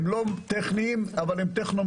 הם לא טכניים, אבל הם טכנו-מהותיים.